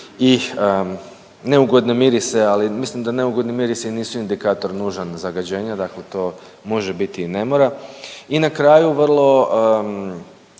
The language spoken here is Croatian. i neugodne mirise, ali mislim da neugodni mirisi nisu indikator nužan zagađenja, dakle to može biti i ne mora i na kraju vrlo